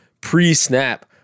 pre-snap